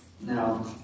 now